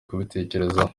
kubitekerezaho